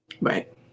right